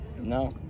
no